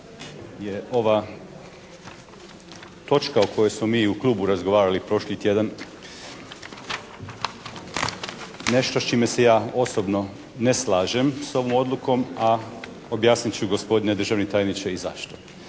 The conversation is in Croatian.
je ova točka o kojoj smo mi u klubu razgovarali prošli tjedan nešto s čime se ja osobno ne slažem s tom odlukom, a objasnit ću gospodine državni tajniče i zašto.